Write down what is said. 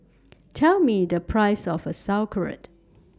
Tell Me The Price of A Sauerkraut